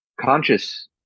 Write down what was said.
conscious